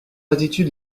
attitude